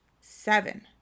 Seven